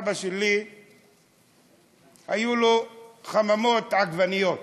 לאבא שלי היו חממות של עגבניות.